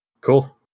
Cool